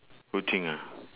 good thing ya